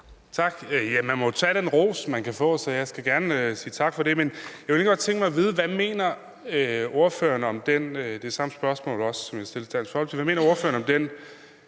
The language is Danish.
Tak. Man må tage den ros, man kan få, så jeg skal gerne sige tak for det. Jeg kunne egentlig godt tænke mig at vide, hvad ordføreren mener om det spørgsmål, jeg stillede til Dansk Folkeparti: Hvad mener ordføreren om den